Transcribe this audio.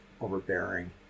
overbearing